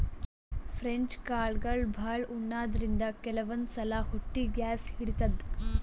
French ಕಾಳ್ಗಳ್ ಭಾಳ್ ಉಣಾದ್ರಿನ್ದ ಕೆಲವಂದ್ ಸಲಾ ಹೊಟ್ಟಿ ಗ್ಯಾಸ್ ಹಿಡಿತದ್